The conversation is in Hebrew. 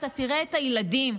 אתה תראה את הילדים.